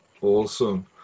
Awesome